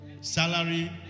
Salary